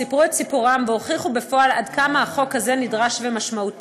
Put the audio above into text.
סיפרו את סיפורם והוכיחו בפועל עד כמה החוק הזה נדרש ומשמעותי.